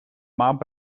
maand